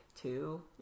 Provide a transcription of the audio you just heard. two